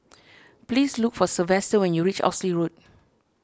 please look for Sylvester when you reach Oxley Road